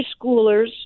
schoolers